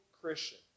Christian